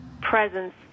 presence